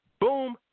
Boom